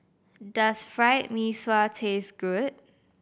does Fried Mee Sua taste good